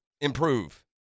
improve